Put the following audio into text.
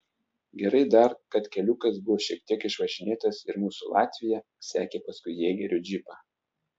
gerai dar kad keliukas buvo šiek tiek išvažinėtas ir mūsų latvija sekė paskui jėgerių džipą